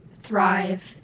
thrive